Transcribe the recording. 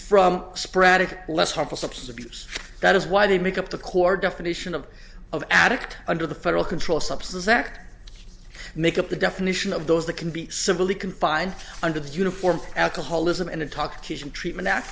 from sporadic less harmful substance abuse that is why they make up the core definition of of addict under the federal controlled substance act make up the definition of those that can be civilly confine under the uniform alcoholism and intoxication treatment